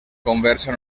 conversa